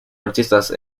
artistas